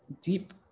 deep